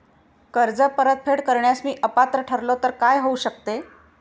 कर्ज परतफेड करण्यास मी अपात्र ठरलो तर काय होऊ शकते?